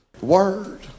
Word